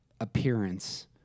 appearance